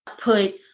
put